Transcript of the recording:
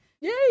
Yay